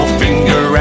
finger